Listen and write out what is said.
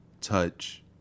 touch